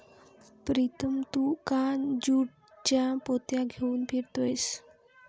प्रीतम तू का ज्यूटच्या पोत्या घेऊन फिरतोयस